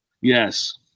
Yes